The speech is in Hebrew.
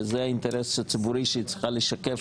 וזה האינטרס הציבורי שהיא צריכה לשקף,